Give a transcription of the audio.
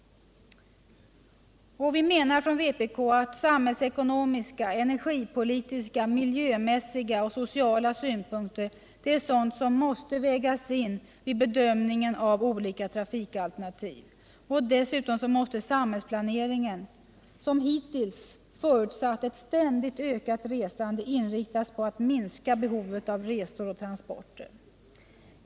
Vpk menar att samhällsekonomiska, energipolitiska, miljömässiga och sociala synpunkter måste vägas in vid bedömningen av olika trafikalternativ. Dessutom måste samhällsplaneringen, som hittills förutsatt ett ständigt ökat resande, inriktas på att minska behovet av resor och transporter.